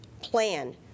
plan